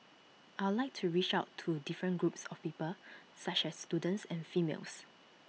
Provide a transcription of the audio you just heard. I'll like to reach out to different groups of people such as students and females